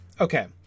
Okay